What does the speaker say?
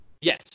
Yes